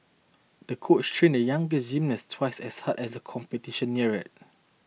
the coach trained the younger gymnast twice as hard as the competition neared